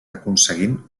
aconseguint